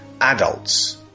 adults